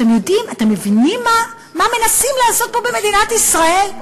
אתם מבינים מה מנסים לעשות פה במדינת ישראל?